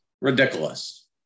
Ridiculous